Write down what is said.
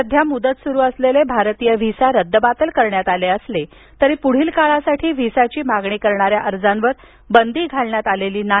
सध्या मुदत सुरु असलेले भारतीय व्हिसा रद्दबातल करण्यात आले असले तरी पुढील काळासाठी व्हिसाची मागणी करणाऱ्या अर्जांवर बंदी घालण्यात आलेली नाही